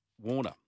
Warner